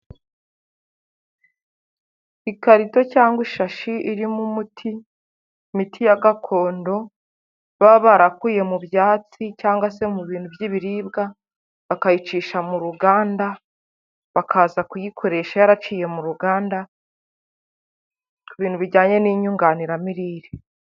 Ikarito cyangwa ishashi irimo umuti, imiti ya gakondo baba barakuye mu byatsi cyangwa se mu bintu by'ibiribw, bakayicisha mu ruganda, bakaza kuyikoresha yaraciye mu ruganda, ibintu bijyanye n'inyunganiramirire.